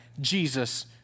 Jesus